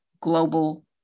global